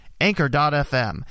Anchor.fm